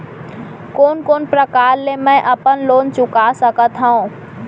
कोन कोन प्रकार ले मैं अपन लोन चुका सकत हँव?